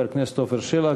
חבר הכנסת עפר שלח,